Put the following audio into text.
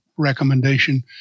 recommendation